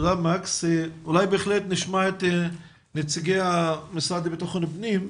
אולי בהחלט נשמע את נציגי המשרד לבטחון פנים.